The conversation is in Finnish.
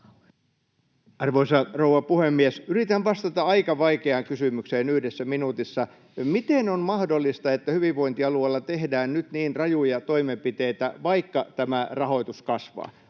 Arvoisa rouva puhemies! Yritän vastata aika vaikeaan kysymykseen yhdessä minuutissa: miten on mahdollista, että hyvinvointialueella tehdään nyt niin rajuja toimenpiteitä, vaikka rahoitus kasvaa?